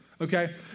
Okay